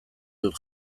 dut